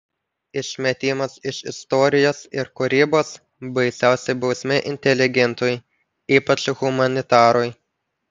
išmetimas iš istorijos ir kūrybos baisiausia bausmė inteligentui ypač humanitarui